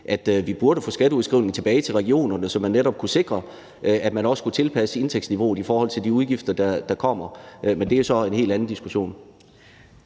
at vi burde få skatteudskrivningen tilbage til regionerne, så man netop kunne sikre, at man også kunne tilpasse indtægtsniveauet i forhold til de udgifter, der kommer. Men det er så en helt anden diskussion.